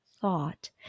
thought